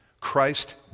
Christ